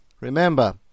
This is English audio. Remember